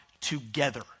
together